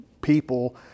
people